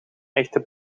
echte